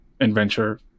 adventure